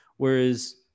Whereas